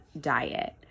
diet